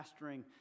pastoring